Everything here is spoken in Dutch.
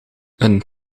een